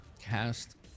Cast